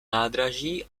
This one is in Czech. nádraží